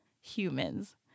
humans